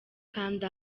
kanda